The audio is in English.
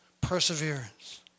perseverance